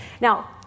Now